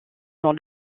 dans